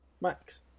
Max